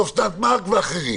אוסנת מארק ואחרים.